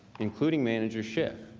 including manager schiff.